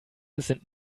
sind